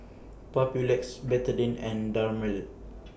Papulex Betadine and Dermale